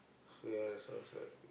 so you had to source like